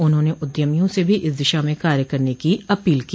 उन्होंने उद्यमियों से भी इस दिशा में कार्य करने की अपील की